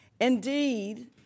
Indeed